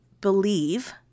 believe